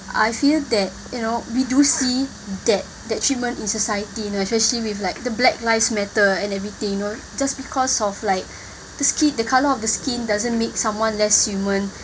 I feel that you know we do see that that treatment in society you know especially with like the black lives matter and everything you know just because of like the skin the color of the skin doesn't make someone less human